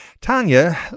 Tanya